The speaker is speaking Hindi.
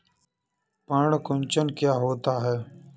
पर्ण कुंचन क्या होता है?